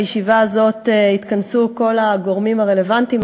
בישיבה הזאת יתכנסו כל הגורמים הרלוונטיים,